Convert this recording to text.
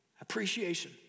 Appreciation